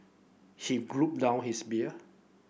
he down his beer